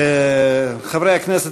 חברי הכנסת,